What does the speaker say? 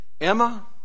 Emma